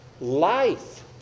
Life